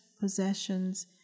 possessions